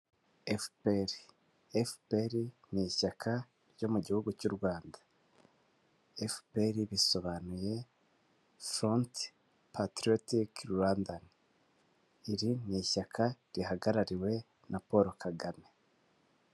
Efuperi, efuperi ni ishyaka ryo mu gihugu cy'u Rwanda. Efuperi bisobanuye furonti patiriyotike Rwanda. Iri ni ishyaka rihagarariwe na Paul Kagame.